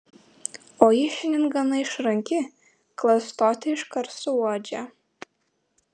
o ji šiandien gana išranki klastotę iškart suuodžia